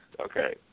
okay